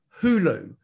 Hulu